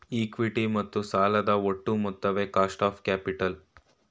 equity ಮತ್ತು ಸಾಲದ ಒಟ್ಟು ಮೊತ್ತವೇ ಕಾಸ್ಟ್ ಆಫ್ ಕ್ಯಾಪಿಟಲ್